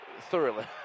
Thoroughly